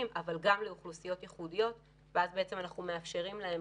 וגם לאוכלוסיות ייחודיות כך אנחנו מאפשרים להן